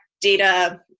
data